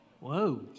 Whoa